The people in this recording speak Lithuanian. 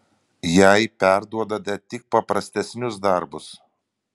jai perduodate tik paprastesnius darbus